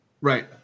Right